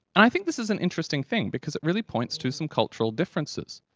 i think this is an interesting thing, because it really points to some cultural differences.